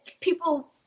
people